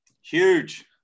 Huge